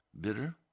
bitter